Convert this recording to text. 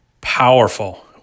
powerful